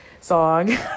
song